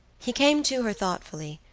he came to her thoughtfully,